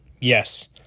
yes